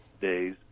days